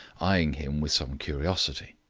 eyeing him with some curiosity.